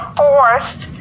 forced